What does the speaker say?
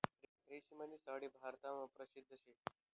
रेशीमनी साडी भारतमा परशिद्ध शे